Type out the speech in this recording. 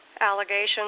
allegations